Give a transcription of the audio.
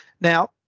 now